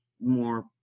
more